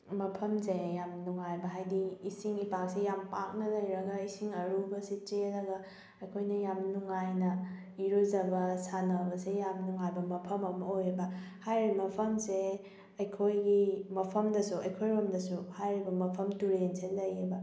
ꯃꯐꯝꯁꯦ ꯌꯥꯝ ꯅꯨꯡꯉꯥꯏꯕ ꯍꯥꯏꯗꯤ ꯏꯁꯤꯡ ꯏꯄꯥꯛꯁꯦ ꯌꯥꯝ ꯄꯥꯛꯅ ꯂꯩꯔꯒ ꯏꯁꯤꯡ ꯑꯔꯨꯕꯁꯤ ꯆꯦꯜꯂꯒ ꯑꯩꯈꯣꯏꯅ ꯌꯥꯝ ꯅꯨꯡꯉꯥꯏꯅ ꯏꯔꯨꯖꯕ ꯁꯥꯟꯅꯕꯁꯦ ꯌꯥꯝꯅ ꯅꯨꯡꯉꯥꯏꯕ ꯃꯐꯝ ꯑꯃ ꯑꯣꯏꯌꯦꯕ ꯍꯥꯏꯔꯤꯕ ꯃꯐꯝꯁꯦ ꯑꯩꯈꯣꯏꯒꯤ ꯃꯐꯝꯗꯁꯨ ꯑꯩꯈꯣꯏꯔꯣꯝꯗꯁꯨ ꯍꯥꯏꯔꯤꯕ ꯃꯐꯝ ꯇꯨꯔꯦꯟꯁꯦ ꯂꯩꯌꯦꯕ